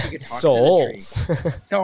Souls